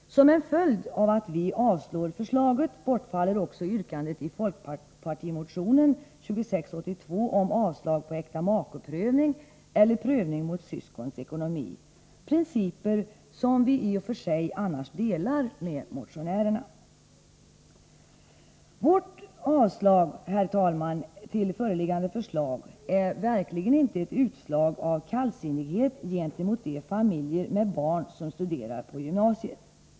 Som en följd av att vi avstyrker förslaget bortfaller också yrkandet i folkpartimotion nr 2682 om avslag på äktamakeprövning eller prövning mot syskons ekonomi — uppfattningar som vi annars delar med motionärerna. Vårt avstyrkande, herr talman, av föreliggande förslag är verkligen inte utslag av kallsinnighet gentemot familjer med barn som studerar på gymnasiet.